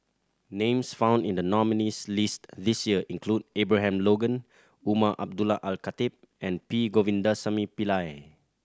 names found in the nominees' list this year include Abraham Logan Umar Abdullah Al Khatib and P Govindasamy Pillai